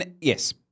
Yes